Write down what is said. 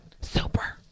Super